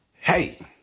Hey